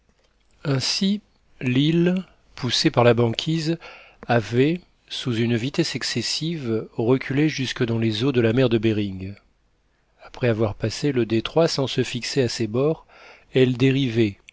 ainsi l'île poussée par la banquise avait sous une vitesse excessive reculé jusque dans les eaux de la mer de behring après avoir passé le détroit sans se fixer à ses bords elle dérivait